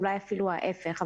ואולי אפילו ההיפך.